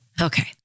Okay